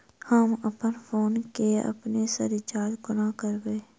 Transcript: हम अप्पन फोन केँ अपने सँ रिचार्ज कोना करबै?